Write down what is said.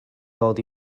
dod